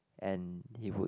and he would